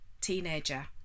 teenager